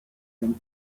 and